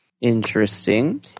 Interesting